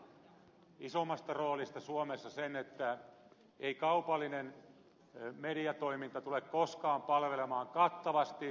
virtaselle sanoisin yleisradion isommasta roolista suomessa sen että ei kaupallinen mediatoiminta tule koskaan palvelemaan kattavasti